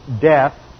death